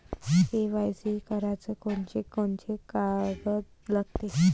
KYC कराच कोनचे कोनचे कागद लागते?